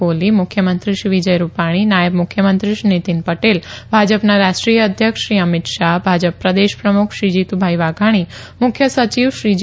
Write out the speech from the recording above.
કોહલી મુખ્યમંત્રી શ્રી વિજય રૂપાણી નાયબ મુખ્યમંત્રી શ્રી નીતિન પટેલ ભાજપના રાષ્ટ્રીય અધ્યક્ષ શ્રી અમિત શાહ ભાજપ પ્રદેશ પ્રમુખ શ્રી જીતુભાઈ વાઘાણી મુખ્ય સચિવ શ્રી જે